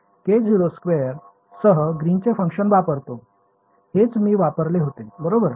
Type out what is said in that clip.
तर हे सोडवण्यासाठी मी k02 सह ग्रीनचे फंक्शन वापरतो हेच मी वापरले होते बरोबर